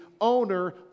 owner